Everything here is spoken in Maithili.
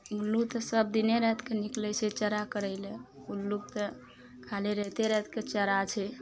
उल्लू तऽ सब दिने राति कए निकलय छै चरा करय लए उल्लू तऽ खाली राइते रातिके चरा छै